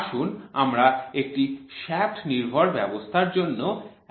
আসুন আমরা একটি শ্য়াফ্ট নির্ভর ব্যবস্থার জন্য একই রকম চিত্র টি অঙ্কন করি